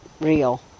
real